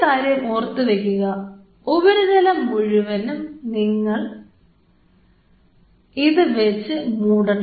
ഒരു കാര്യം ഓർത്തു വയ്ക്കുക ഉപരിതലം മുഴുവനും നമ്മൾ ഇത് വെച്ച് മൂടണം